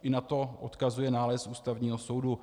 I na to odkazuje nález Ústavního soudu.